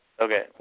Okay